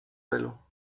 velo